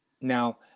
Now